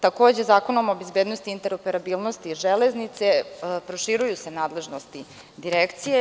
Takođe, Zakonom o bezbednosti i interoperabilnosti železnice proširuju se nadležnosti Direkcije.